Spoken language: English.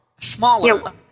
Smaller